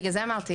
בגלל זה אמרתי,